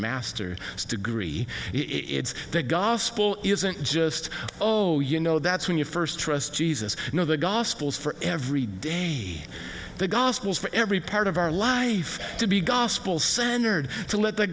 master degree it's the gospel isn't just oh you know that's when you first trust jesus you know the gospels for every day the gospels for every part of our life to be gospel centers to let the